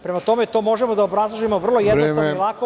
Prema tome, to možemo da obrazložimo vrlo jednostavno i lako.